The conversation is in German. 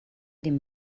den